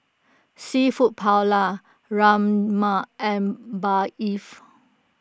Seafood Paella Rajma and Barif